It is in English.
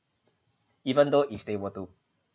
even though if they were to